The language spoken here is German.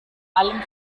allem